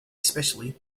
especially